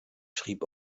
schrieb